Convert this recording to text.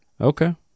Okay